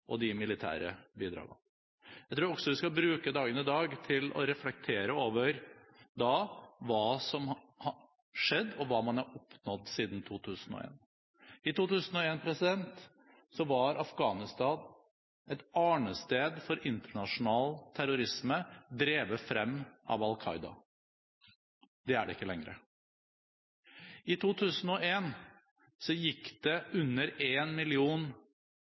og de militære bidragene. Jeg tror også vi skal bruke dagen i dag til å reflektere over hva som har skjedd, og hva man har oppnådd siden 2001. I 2001 var Afghanistan et arnested for internasjonal terrorisme, drevet frem av Al Qaida. Det er det ikke lenger. I 2001 gikk det under 1 million